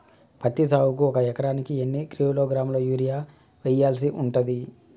పత్తి సాగుకు ఒక ఎకరానికి ఎన్ని కిలోగ్రాముల యూరియా వెయ్యాల్సి ఉంటది?